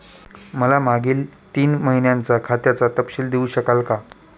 मला मागील तीन महिन्यांचा खात्याचा तपशील देऊ शकाल का?